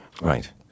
Right